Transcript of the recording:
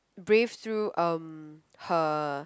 braved through um her